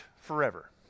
forever